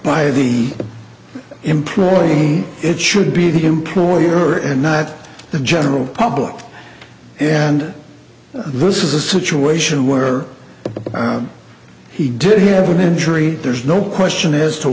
by the employee it should be the employer and not the general public and this is a situation where he did have an injury there's no question as to